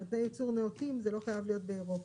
זה לא חייב להיות באירופה,